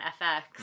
FX